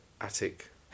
attic